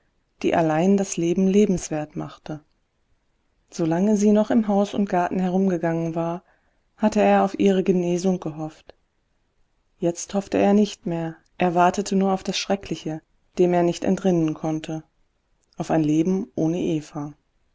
die allein das leben lebenswert machte solange sie noch im haus und garten herumgegangen war hatte er auf ihre genesung gehofft jetzt hoffte er nicht mehr er wartete nur auf das schreckliche dem er nicht entrinnen konnte auf ein leben ohne eva